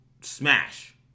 smash